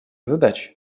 задач